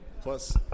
Plus